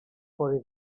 for